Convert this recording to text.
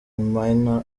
minaert